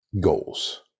goals